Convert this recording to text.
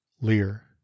Lear